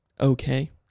okay